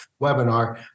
webinar